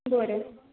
बरं